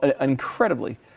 incredibly